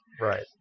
right